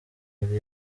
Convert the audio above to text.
yari